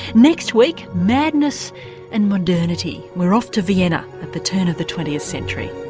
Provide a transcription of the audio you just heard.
next week, madness and modernity. we're off to vienna at the turn of the twentieth century